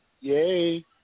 Yay